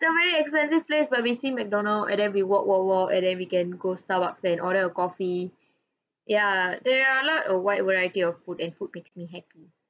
a very expensive place but we see mcdonald and then we walk walk walk and then we can go starbucks and order a coffee yeah there are a lot of wide variety of food and food makes me happy